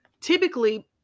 typically